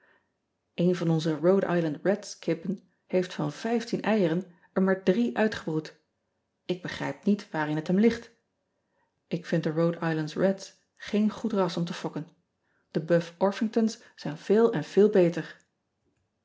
en van onze hode sland eds kippen heeft van vijftien eieren er maar drie uitgebroed k begrijp niet waarin het hem ligt k vind de hode slands eds gears goed ras om te fokken e uf rphingtons zijn veel en veel beter